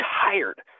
tired